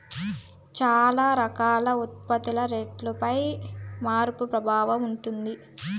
చాలా రకాల ఉత్పత్తుల రేటుపై మార్పు ప్రభావం ఉంటది